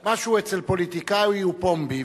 מה שהוא אצל פוליטיקאי הוא פומבי,